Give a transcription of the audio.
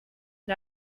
and